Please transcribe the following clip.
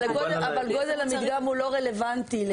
אבל גודל המדגם הוא לא רלוונטי,